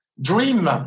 Dream